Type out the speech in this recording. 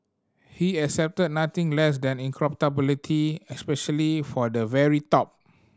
he accepted nothing less than incorruptibility especially for the very top